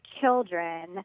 children